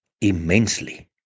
immensely